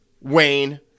Wayne